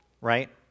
right